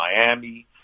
Miami